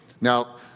Now